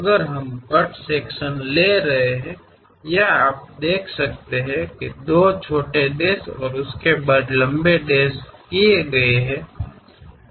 अगर हम cut section ले रहे हैं यहाँ आप देख सकते हैं दो छोटे डैश और उसके बाद लंबे डेश किए गए हैं